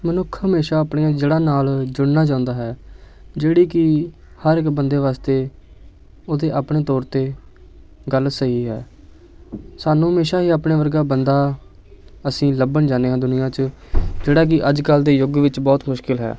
ਮਨੁੱਖ ਹਮੇਸ਼ਾਂ ਆਪਣੀਆਂ ਜੜ੍ਹਾਂ ਨਾਲ ਜੁੜਨਾ ਚਾਹੰਦਾ ਹੈ ਜਿਹੜੀ ਕਿ ਹਰ ਇੱਕ ਬੰਦੇ ਵਾਸਤੇ ਉਸਦੇ ਆਪਣੇ ਤੌਰ 'ਤੇ ਗੱਲ ਸਹੀ ਹੈ ਸਾਨੂੰ ਹਮੇਸ਼ਾਂ ਹੀ ਆਪਣੇ ਵਰਗਾ ਬੰਦਾ ਅਸੀਂ ਲੱਭਣ ਜਾਂਦੇ ਹਾਂ ਦੁਨੀਆਂ 'ਚ ਜਿਹੜਾ ਕਿ ਅੱਜ ਕੱਲ੍ਹ ਦੇ ਯੁੱਗ ਵਿੱਚ ਬਹੁਤ ਮੁਸ਼ਕਿਲ ਹੈ